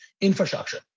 infrastructure